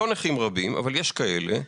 לא נכים רבים אבל יש כאלה,